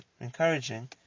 encouraging